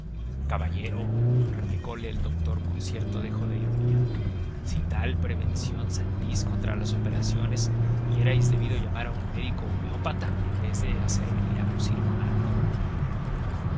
más nada caballero replicole el doctor con cierto dejo de ironía si tal prevención sentís contra las operaciones hubierais debido llamar a un médico homeópata en vez de hacer venir a un cirujano